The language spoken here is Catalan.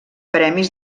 premis